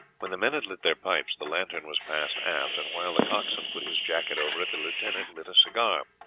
when the men had lit their pipes the lantern was passed aft, and while the coxswain put his jacket over it, the lieutenant lit a cigar.